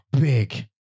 Big